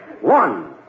One